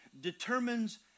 determines